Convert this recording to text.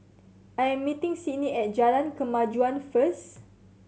I am meeting Sydni at Jalan Kemajuan first